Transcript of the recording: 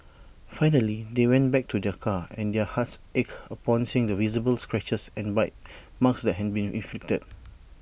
finally they went back to their car and their hearts ached upon seeing the visible scratches and bite marks that had been inflicted